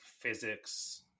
physics